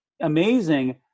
amazing